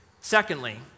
Secondly